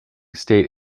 state